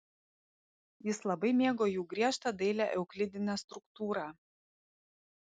jis labai mėgo jų griežtą dailią euklidinę struktūrą